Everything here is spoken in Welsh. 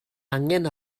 angen